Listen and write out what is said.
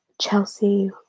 Chelsea